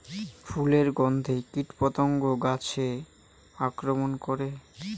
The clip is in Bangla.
ফুলের গণ্ধে কীটপতঙ্গ গাছে আক্রমণ করে?